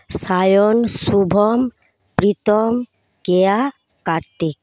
Sayan Shubham Pritam Keya Kartik